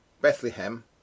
Bethlehem